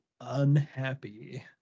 unhappy